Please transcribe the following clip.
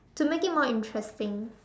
to make it more interesting